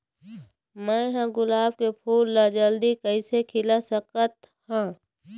मैं ह गुलाब के फूल ला जल्दी कइसे खिला सकथ हा?